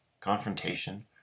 Confrontation